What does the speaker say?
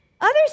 others